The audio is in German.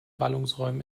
ballungsräumen